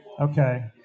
Okay